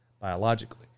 Biologically